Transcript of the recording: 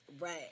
Right